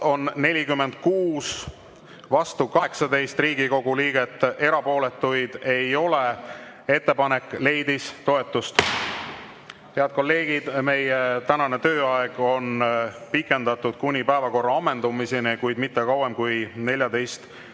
on 46, vastu 18 Riigikogu liiget, erapooletuid ei ole. Ettepanek leidis toetust. Head kolleegid, meie tänane tööaeg on pikendatud kuni päevakorra ammendumiseni, kuid mitte kauem kui